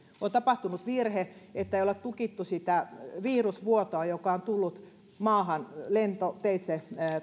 on tapahtunut se virhe että ei olla tukittu sitä virusvuotoa joka on tullut maahan lentoteitse